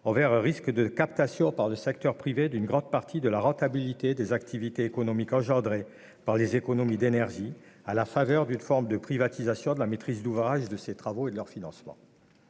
envers un risque de captation par le secteur privé d'une grande partie de la rentabilité des activités économiques suscitées par les économies d'énergie, à la faveur d'une forme de privatisation de la maîtrise d'ouvrage de ces travaux et de leur financement.